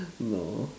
no